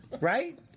right